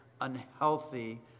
unhealthy